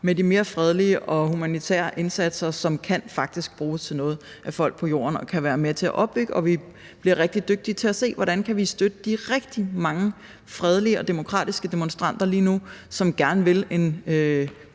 med de mere fredelige og humanitære indsatser, som faktisk kan bruges til noget af folk på jorden og kan være med til at opbygge. Og vi bliver rigtig dygtige til at se, hvordan vi kan støtte de rigtig mange fredelige og demokratiske demonstranter lige nu, som gerne vil en